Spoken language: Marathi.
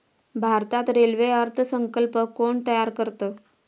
भारतात रेल्वे अर्थ संकल्प कोण तयार करतं?